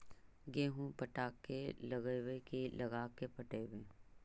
गेहूं पटा के लगइबै की लगा के पटइबै?